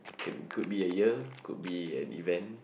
can could be a year could be an event